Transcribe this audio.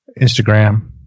Instagram